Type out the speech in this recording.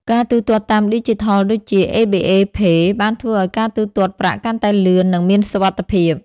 ការទូទាត់តាមឌីជីថលដូចជា ABA Pay បានធ្វើឱ្យការទូទាត់ប្រាក់កាន់តែលឿន និងមានសុវត្ថិភាព។